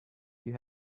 you